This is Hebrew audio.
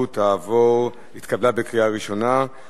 מס' 97) (הריסת מבנה לא חוקי על חשבון המקים),